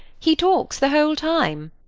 he talks the whole time.